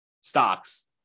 stocks